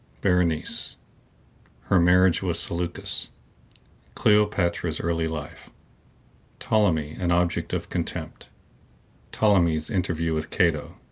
berenice her marriage with seleucus cleopatra's early life ptolemy an object of contempt ptolemy's interview with cato